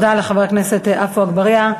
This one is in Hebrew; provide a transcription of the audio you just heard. תודה לחבר הכנסת עפו אגבאריה.